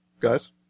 guys